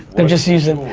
they're just using,